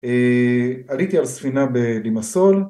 עליתי על ספינה בלמסול